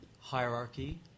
hierarchy